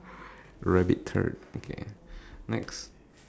rabbit sorry okay next